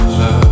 love